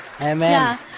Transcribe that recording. Amen